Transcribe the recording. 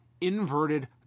inverted